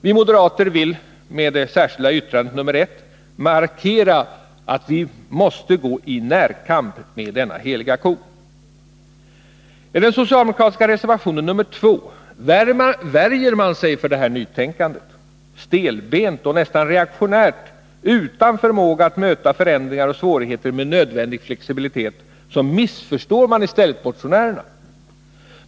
Vi moderater vill med det särskilda yttrandet nr 1 i anslutning till arbetsmarknadsutskottets betänkande 21 markera att vi måste gå i närkamp med denna ”heliga ko”. I den socialdemokratiska reservationen nr 2 värjer man sig för detta nytänkande. Stelbent och nästan reaktionärt — utan förmåga att möta förändringar och svårigheter med nödvändig flexibilitet — missförstår man i stället motionärerna.